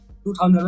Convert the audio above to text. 2000